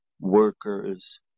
workers